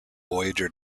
voyager